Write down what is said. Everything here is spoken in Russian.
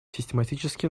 систематически